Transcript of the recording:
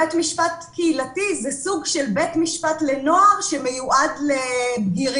בית משפט קהילתי הוא סוג של בית משפט לנוער שמיועד לבגירים.